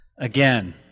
Again